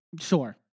Sure